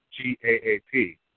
G-A-A-P